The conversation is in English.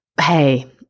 hey